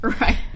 Right